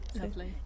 Lovely